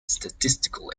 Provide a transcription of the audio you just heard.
statistical